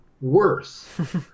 worse